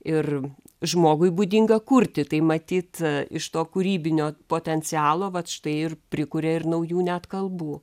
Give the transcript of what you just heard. ir žmogui būdinga kurti tai matyt iš to kūrybinio potencialo vat štai ir prikuria ir naujų net kalbų